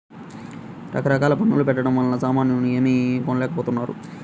రకరకాల పన్నుల పెట్టడం వలన సామాన్యులు ఏమీ కొనలేకపోతున్నారు